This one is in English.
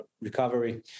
recovery